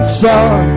son